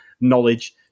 knowledge